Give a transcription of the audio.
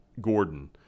Gordon